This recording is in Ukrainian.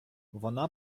вона